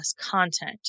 content